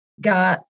got